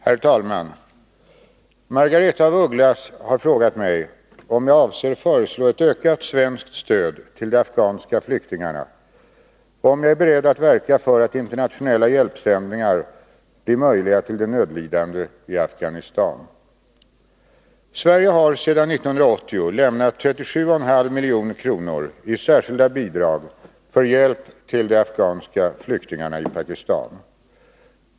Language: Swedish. Herr talman! Margaretha af Ugglas har frågat mig om jag avser föreslå ett ökat svenskt stöd till de afghanska flyktingarna och om jag är beredd att verka för att internationella hjälpsändningar till de nödlidande i Afghanistan blir möjliga. Sverige har sedan 1980 lämnat 37,5 milj.kr. i särskilda bidrag för hjälp till de afghanska flyktingarna i Pakistan.